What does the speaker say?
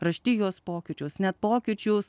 raštijos pokyčius net pokyčius